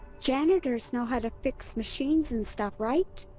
janitors know how to fix machines and stuff, right?